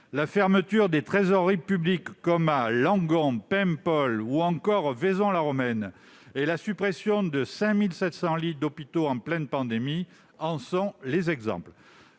La fermeture des trésoreries publiques, comme à Langon, Paimpol ou encore Vaison-la-Romaine, et la suppression de 5 700 lits d'hôpitaux en pleine pandémie sont d'autres exemples.